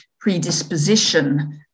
predisposition